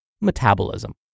metabolism